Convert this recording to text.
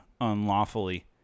unlawfully